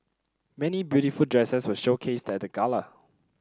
many beautiful dresses were showcased at the gala